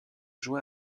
juin